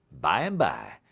By-and-by